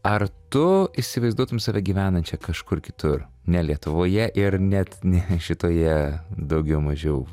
ar tu įsivaizduotum save gyvenančią kažkur kitur ne lietuvoje ir net ne šitoje daugiau mažiau